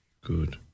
Good